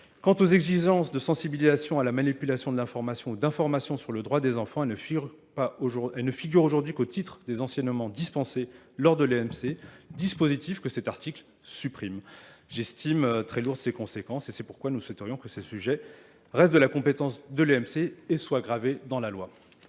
Quant aux exigences de sensibilisation à la manipulation de l'information ou d'information sur le droit des enfants, elles ne figurent aujourd'hui qu'au titre des anciennements dispensés lors de l'EMC, dispositif que cet article supprime. J'estime très lourd ces conséquences et c'est pourquoi nous souhaiterions que ces sujets restent de la compétence de l'EMC et soient gravés dans la loi.